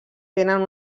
tenen